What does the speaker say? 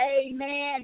Amen